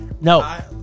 no